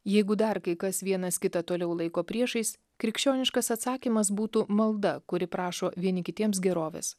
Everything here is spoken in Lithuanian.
jeigu dar kai kas vienas kitą toliau laiko priešais krikščioniškas atsakymas būtų malda kuri prašo vieni kitiems gerovės